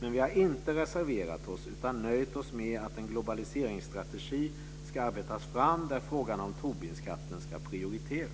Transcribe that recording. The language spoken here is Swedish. Men vi har inte reserverat oss utan nöjt oss med att en globaliseringsstrategi ska arbetas fram där frågan om Tobinskatten ska prioriteras.